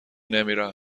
نمیرم